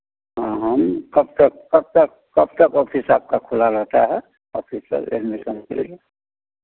हाँ हम कब तक कब तक कब तक ऑफिस आपका खुला रहता है ऑफिस सर एडमीशन के लिए